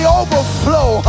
overflow